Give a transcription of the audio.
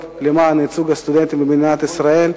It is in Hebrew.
למען ייצוג הסטודנטים במדינת ישראל.